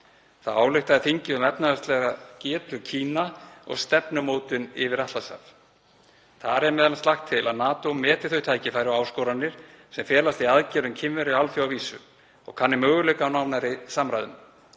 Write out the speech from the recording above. Þá ályktaði þingið um efnahagslega getu Kína og stefnumótun yfir Atlantshaf. Þar er m.a. lagt til að NATO meti þau tækifæri og áskoranir sem felast í aðgerðum Kínverja á alþjóðavísu og kanni möguleika á nánari samræðum.